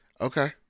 Okay